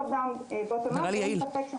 נראה לי יעיל.